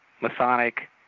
Masonic